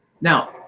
Now